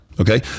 Okay